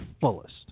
fullest